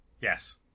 Yes